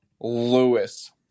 Lewis